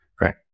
right